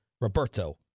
Roberto